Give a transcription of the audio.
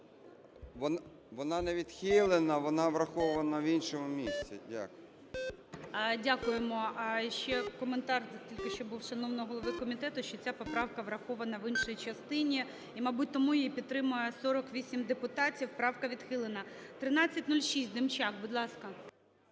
Вона не відхилена, вона врахована в іншому місці. Дякую. 10:14:31 За-48 ГОЛОВУЮЧИЙ. Дякуємо. Ще коментар тільки що був шановного голови комітету, що ця поправка врахована в іншій частині. І, мабуть, тому її підтримує 48 депутатів. Правка відхилена. 1306. Демчак, будь ласка.